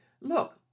Look